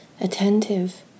attentive